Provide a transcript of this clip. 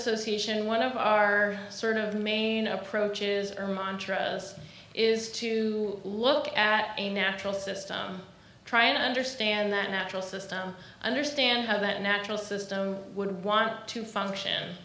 association one of our sort of main approaches or montra is to look at a natural system try and understand that natural system understand how that natural system would want to function